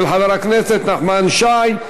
של חבר הכנסת נחמן שי.